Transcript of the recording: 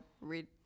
read